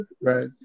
right